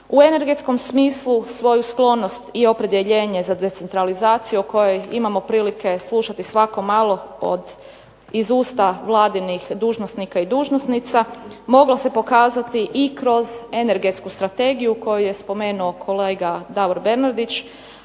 U energetskom smislu svoju sklonost i opredjeljenje za decentralizaciju o kojoj imamo prilike slušati svako malo iz usta vladinih dužnosnika i dužnosnica moglo se pokazati i kroz energetsku strategiju koju je spomenuo kolega Davor Bernardić,